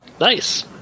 Nice